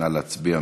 נא להצביע.